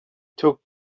took